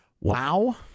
Wow